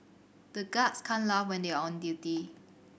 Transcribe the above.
the guards can't laugh when they are on duty